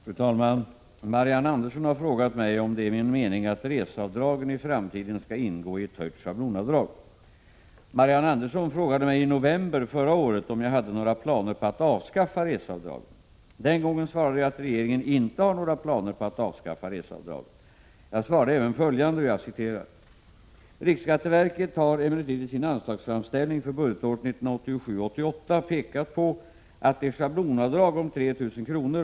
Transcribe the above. Fru talman! Marianne Andersson har frågat mig om det är min mening att reseavdragen i framtiden skall ingå i ett höjt schablonavdrag. Marianne Andersson frågade mig i november förra året om jag hade några planer på att avskaffa reseavdragen. Den gången svarade jag att regeringen inte har några planer på att avskaffa reseavdraget. Jag svarade även följande: ”Riksskatteverket har emellertid i sin anslagsframställning för budgetåret 1987/88 pekat på att det schablonavdrag om 3 000 kr.